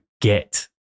get